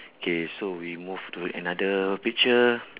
K so we move to another picture